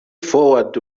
ford